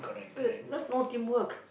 where's the that's no teamwork